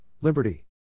liberty